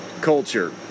culture